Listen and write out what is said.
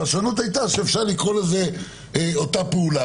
הייתה שאפשר לקרוא לזה אותה פעולה,